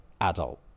adult